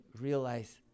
realize